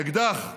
אקדח,